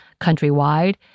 countrywide